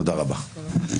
תודה רבה.